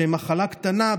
שהם מחלה קטנה,